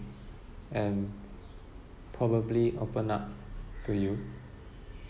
and probably open up to you